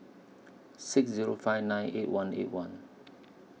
six Zero five nine eight one eight one